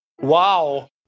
Wow